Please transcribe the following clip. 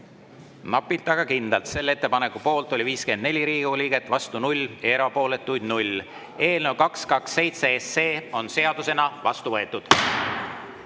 Napilt, aga kindlalt: selle ettepaneku poolt oli 54 Riigikogu liiget, vastu 0, erapooletuid 0. Eelnõu 227 on seadusena vastu võetud.